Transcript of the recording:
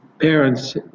parents